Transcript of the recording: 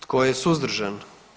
Tko je suzdržan?